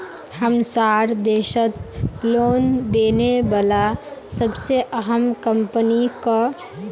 हमसार देशत लोन देने बला सबसे अहम कम्पनी क